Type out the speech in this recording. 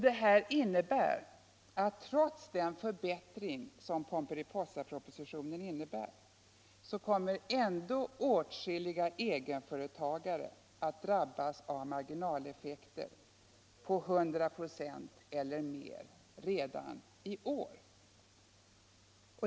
Detta innebär att trots den förbättring som Pomperipossapropositionen innebär kommer åtskilliga egenföretagare att drabbas av marginaleffekter på bortåt 100 96 eller mer redan i år.